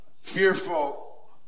fearful